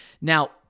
Now